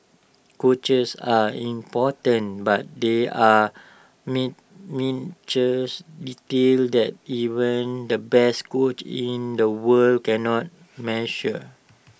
coaches are important but there are mint details that even the best coach in the world cannot measure